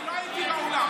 אני לא הייתי באולם,